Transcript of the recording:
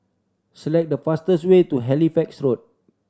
select the fastest way to Halifax Road